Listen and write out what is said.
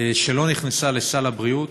שלא נכנסה לסל הבריאות,